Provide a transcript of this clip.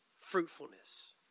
fruitfulness